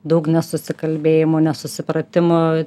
daug nesusikalbėjimo nesusipratimų